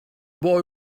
boy